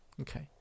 Okay